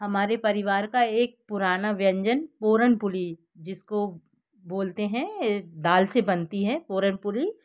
हमारे परिवार का एक पुराना व्यंजन पोरनपुली जिसको बोलते हैं दाल से बनती है पोरनपुली